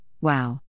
Wow